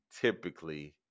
typically